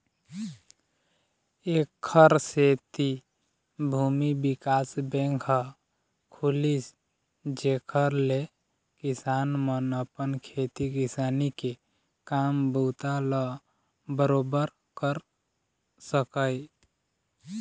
ऐखर सेती भूमि बिकास बेंक ह खुलिस जेखर ले किसान मन अपन खेती किसानी के काम बूता ल बरोबर कर सकय